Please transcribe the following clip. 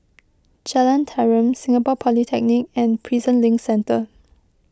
Jalan Tarum Singapore Polytechnic and Prison Link Centre